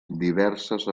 diverses